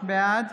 בעד